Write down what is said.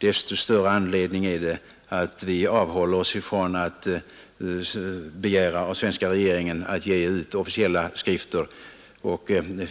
Desto större anledning är det att inte av svenska regeringen begära att denna skall ge ut några officiella skrifter i frågan.